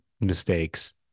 mistakes